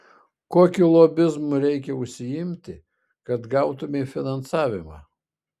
kokiu lobizmu reikia užsiimti kad gautumei finansavimą